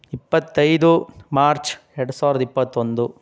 ಇಪ್ಪತ್ತೈದು ಮಾರ್ಚ್ ಎರಡು ಸಾವಿರದ ಇಪ್ಪತ್ತೊಂದು